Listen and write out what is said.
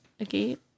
Agate